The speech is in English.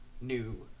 new